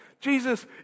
Jesus